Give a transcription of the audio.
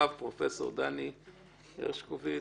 הפרופסור, דני הרשקוביץ.